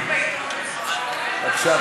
בבקשה,